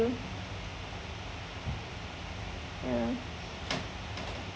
~u ya